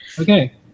Okay